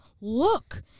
Look